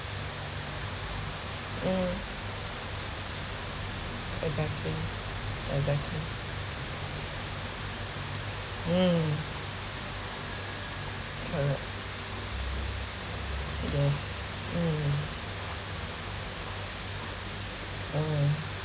mm exactly exactly mm correct yes mm mm